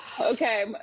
okay